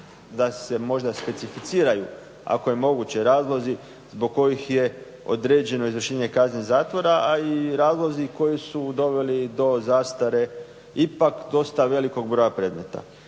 da se možda specificiraju, ako je moguće razlozi zbog kojih je određeno izvršenje kazne zatvora, a i razlozi koji su doveli do zastare ipak dosta velikog broja predmeta.